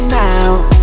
now